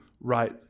right